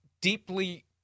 deeply